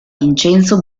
vincenzo